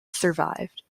survived